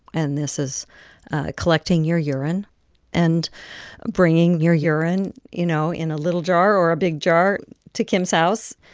and this is collecting your urine and bringing your urine, you know, in a little jar or a big jar to kim's house.